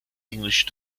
english